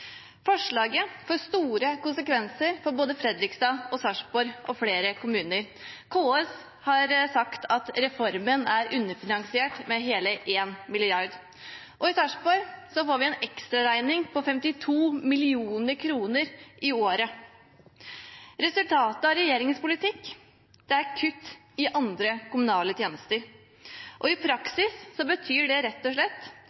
Forslaget får store konsekvenser for både Fredrikstad, Sarpsborg og flere andre kommuner. KS har sagt at reformen er underfinansiert med hele 1 mrd. kr. I Sarpsborg får vi en ekstraregning på 52 mill. kr i året. Resultatet av regjeringens politikk er kutt i andre kommunale tjenester. I praksis betyr det rett og slett